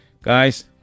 guys